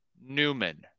Newman